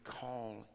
call